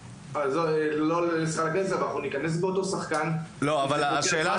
אנחנו ניכנס באותו שחקן כי זה פוגע בנו.